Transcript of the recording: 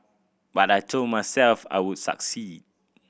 but I told myself I would succeed